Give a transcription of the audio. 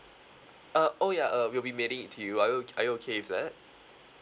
uh oh ya uh we'll be mailing it to you are you are you okay with that